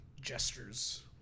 gestures